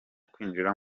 kwinjira